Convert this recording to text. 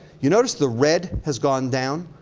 you notice the red has gone down?